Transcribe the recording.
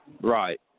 Right